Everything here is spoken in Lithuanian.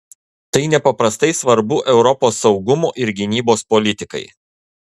tai nepaprastai svarbu europos saugumo ir gynybos politikai